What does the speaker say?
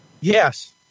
Yes